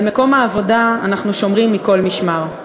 ועל מקום העבודה אנחנו שומרים מכל משמר.